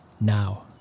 now